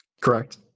Correct